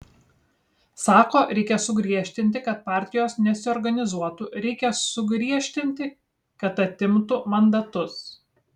sako reikia sugriežtinti kad partijos nesiorganizuotų reikia sugriežtinti kad atimtų mandatus